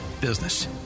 business